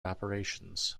operations